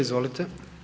Izvolite.